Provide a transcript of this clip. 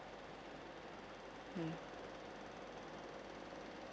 mm